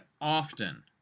often